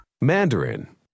Mandarin